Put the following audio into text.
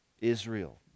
Israel